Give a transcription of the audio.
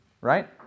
right